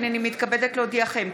הינני מתכבדת להודיעכם,